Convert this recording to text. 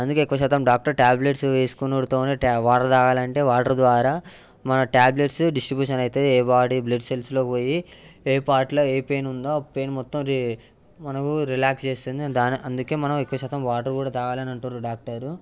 అందుకే ఎక్కువ శాతం డాక్టర్ ట్యాబ్లేట్స్ వేసుకునేడితో వాటర్ తాగాలంటే వాటర్ ద్వారా మనకు ట్యాబ్లేట్స్ డిస్ట్రిబ్యూషన్ అవుతాయి ఏ బాడీ బ్లడ్ సెల్స్లో పోయి ఏ పార్ట్లో ఏ పెయిన్ ఉందో ఆ పెయిన్ మొత్తం రి మనకు రిలాక్స్ చేస్తుంది దాన్ని అందుకే మనం ఎక్కువ శాతం వాటర్ కూడా తాగాలి అని అంటుర్రు డాక్టర్